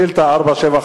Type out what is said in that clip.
שאילתא 475